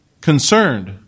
concerned